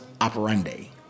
operandi